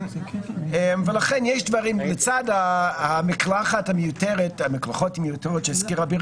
לצד המקלחות המיותרות שהזכיר אביר